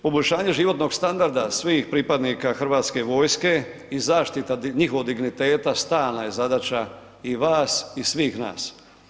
Poboljšanje životnog standarda svih pripadnika Hrvatske vojske i zaštita njihovog digniteta stalna je zadaća i vas i svih nas.